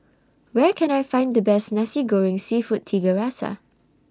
Where Can I Find The Best Nasi Goreng Seafood Tiga Rasa